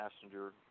passenger